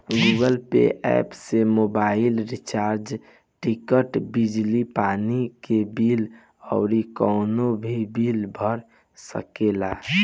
Google pay app से mobile recharge, ticket, बिजली पानी के बिल अउरी कवनो भी बिल भर सकेला